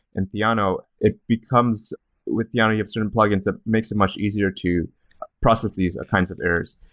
and theano, it becomes with theano, you have certain plugins that makes it much easier to process these kinds of errors.